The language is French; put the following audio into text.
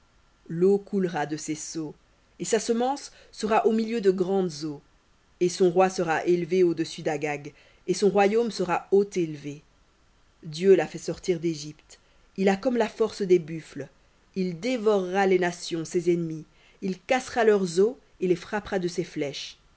l'eau coulera de ses seaux et sa semence sera au milieu de grandes eaux et son roi sera élevé au-dessus d'agag et son royaume sera haut élevé dieu l'a fait sortir d'égypte il a comme la force des buffles il dévorera les nations ses ennemis il cassera leurs os et les frappera de ses flèches